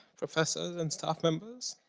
professors and staff members